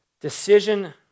decision